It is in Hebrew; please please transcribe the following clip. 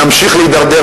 נמשיך להידרדר,